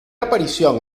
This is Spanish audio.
aparición